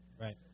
Right